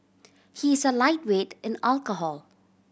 he is a lightweight in alcohol